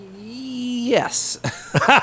Yes